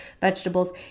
vegetables